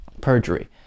perjury